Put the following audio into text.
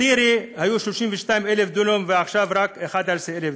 בא-טירה היו 32,000 דונם, ועכשיו רק 11,000 דונם,